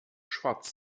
schwarz